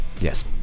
Yes